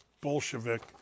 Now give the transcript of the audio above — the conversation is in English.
Bolshevik